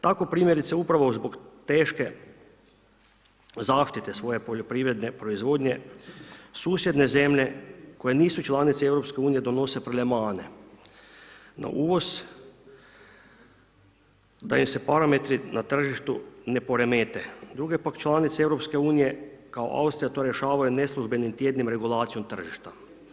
Tako primjerice upravo zbog teške zaštite svoje poljoprivredne proizvodnje susjedne zemlje koje nisu članice EU donose Prelevmane na uvoz da im se parametri na tržištu ne poremete, druge, pak, članice EU, kao Austrija to rješavaju neslužbenim tjednom regulacijom tržišta.